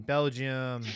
Belgium